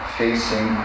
facing